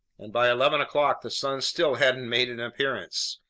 and by eleven o'clock the sun still hadn't made an appearance.